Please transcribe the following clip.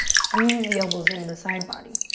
squeeze the elbows into the side body.